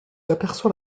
aperçoit